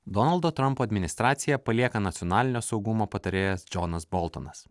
donaldo trampo administraciją palieka nacionalinio saugumo patarėjas džonas boltonas